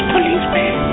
Policeman